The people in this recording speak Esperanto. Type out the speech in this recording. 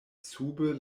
sube